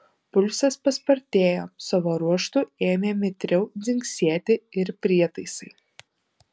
pulsas paspartėjo savo ruožtu ėmė mitriau dzingsėti ir prietaisai